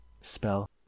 spell